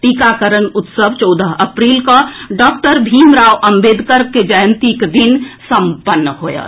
टीकाकरण उत्सव चौदह अप्रील कऽ डॉक्टर भीमराव अम्बेदकर कॅ जयंतीक दिन संपन्न होयत